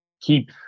keep